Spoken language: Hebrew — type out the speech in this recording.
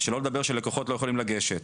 שלא לדבר על כך שלקוחות לא יכולים לגשת,